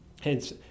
hence